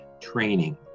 training